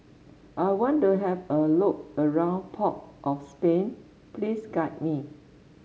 I want to have a look around Port of Spain please guide me